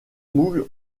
mount